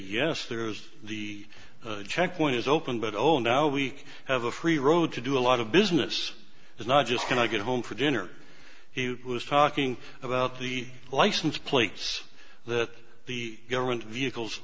yes there's the checkpoint is open but oh now we have a free road to do a lot of business is not just can i get home for dinner he was talking about the license plates that the government vehicles